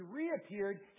reappeared